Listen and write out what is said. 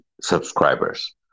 subscribers